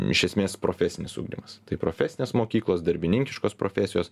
iš esmės profesinis ugdymas tai profesinės mokyklos darbininkiškos profesijos